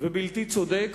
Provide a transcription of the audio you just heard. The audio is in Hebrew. ובלתי צודק